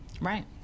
Right